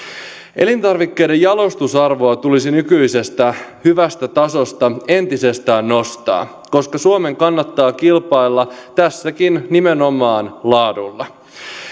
elintarvikkeiden jalostusarvoa tulisi nykyisestä hyvästä tasosta entisestään nostaa koska suomen kannattaa kilpailla tässäkin nimenomaan laadulla